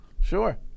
Sure